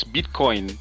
Bitcoin